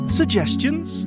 suggestions